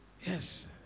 Yes